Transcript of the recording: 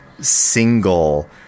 single